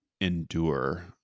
endure